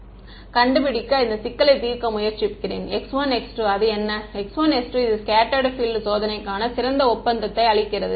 எனவே கண்டுபிடிக்க இந்த சிக்கலை தீர்க்க முயற்சிக்கப் போகிறேன் x1x2 அது என்ன x1x2 இது ஸ்கெட்ட்டர்டு பீஎல்ட் சோதனைக்கான சிறந்த ஒப்பந்தத்தை அளிக்கிறது